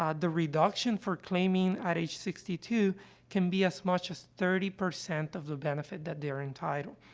um the reduction for claiming at age sixty two can be as much as thirty percent of the benefit that they are entitled.